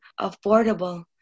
affordable